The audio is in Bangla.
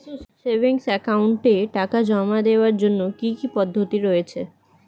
সেভিংস একাউন্টে টাকা জমা দেওয়ার জন্য কি কি পদ্ধতি রয়েছে?